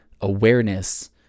awareness